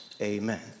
amen